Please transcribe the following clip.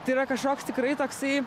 tai yra kažkoks tikrai toksai